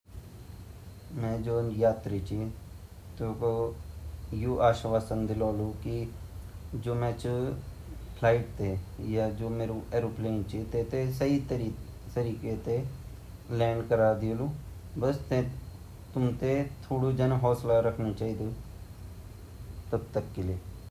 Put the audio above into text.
जब क्वे पॉयलेट उड़ान भन ता अगर उ तूफ़ान मा उड़ान भन लग्यु ची ता उ सब पैसेंजर ते ब्वन की अप्रु ध्यान भवान पर रखा अर आपा आपा भगवाना नौ ल्यो तूफ़ान चन लगया येमा भगवान सिवा हमा मदद क्वे क्या कन सकें अर तुम आपा-आपा बेल्ट बांदीते भगवानो ध्यान रखा अर भगवान् सब ठीक कला।